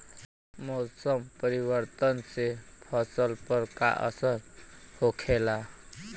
मौसम परिवर्तन से फसल पर का असर होखेला?